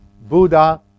Buddha